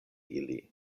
ili